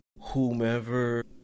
whomever